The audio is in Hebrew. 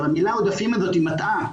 המילה עודפים היא מטעה.